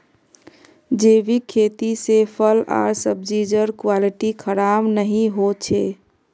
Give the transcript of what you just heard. जैविक खेती से फल आर सब्जिर क्वालिटी खराब नहीं हो छे